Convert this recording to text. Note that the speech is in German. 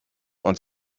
und